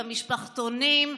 במשפחתונים,